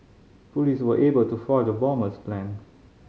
police were able to foil the bomber's plan